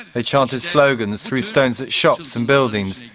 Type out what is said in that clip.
they chanted slogans, threw stones at shops and buildings,